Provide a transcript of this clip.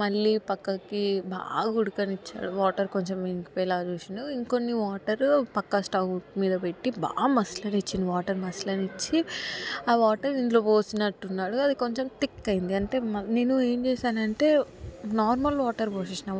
మళ్ళీ పక్కకి బాగా ఉండకనిచ్చాడు వాటర్ కొంచెం ఇంకిపోయేలాగ చూసిండు ఇంకొన్ని వాటరు పక్క స్టవ్ మీద పెట్టి బాగా మసలనిచ్చి వాటర్ మసలనిచ్చి వాటర్ ఇందులో పోసినట్టున్నాడు అది కొంచెం థిక్కయ్యింది అంటే నేను ఏం చేసానంటే నార్మల్ వాటర్ పోసేసినా